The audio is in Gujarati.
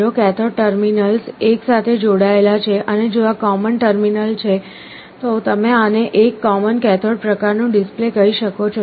જો કૅથોડ ટર્મિનલ્સ એક સાથે જોડાયેલા છે અને જો આ કૉમન ટર્મિનલ છે તો તમે આને એક કૉમન કૅથોડ પ્રકારનું ડિસ્પ્લે કહી શકો છો